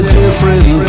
different